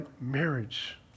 marriage